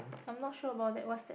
I'm not sure about that what's